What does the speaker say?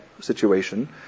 situation